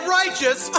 righteous